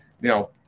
Now